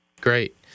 Great